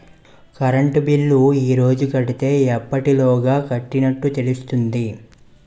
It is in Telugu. కరెంట్ బిల్లు ఈ రోజు కడితే ఎప్పటిలోగా కట్టినట్టు తెలుస్తుంది?